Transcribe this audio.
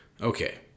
Okay